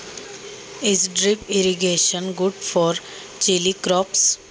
मिरचीच्या पिकासाठी ठिबक सिंचन चांगले आहे का?